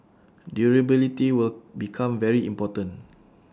durability will become very important